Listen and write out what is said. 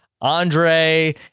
andre